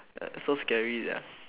so scary sia